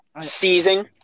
seizing